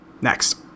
Next